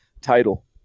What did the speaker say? title